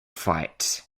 fight